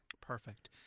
Perfect